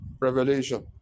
Revelation